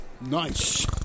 Nice